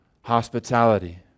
hospitality